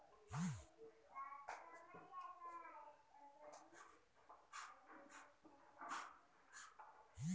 संत्र्याच्या बगीच्यामंदी फुलाले आल्यावर तननाशक फवाराले पायजे का?